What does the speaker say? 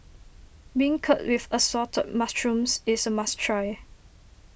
Beancurd with Assorted Mushrooms is a must try